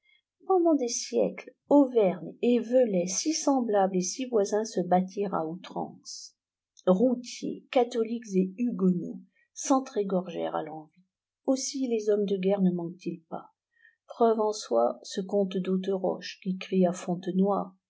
pendant des siècles auvergne et velay si semblables et si voisins se battirent à outrance routiers catholiques et huguenots s'entr'égorgèrent à l'envi aussi les hommes de guerre ne manquent ils pas preuve en soit ce comte d'auteroche qui crie à fontenoy